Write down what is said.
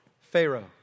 Pharaoh